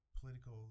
political